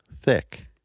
thick